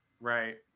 Right